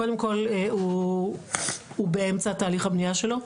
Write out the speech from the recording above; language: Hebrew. קודם כל הוא באמצע תהליך הבנייה שלו.